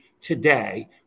today